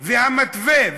והמתווה,